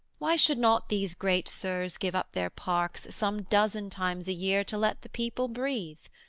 why should not these great sirs give up their parks some dozen times a year to let the people breathe?